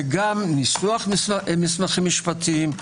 זה גם ניסוח מסמכים משפטיים,